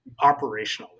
operationally